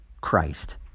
christ